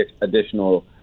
additional